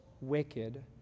wicked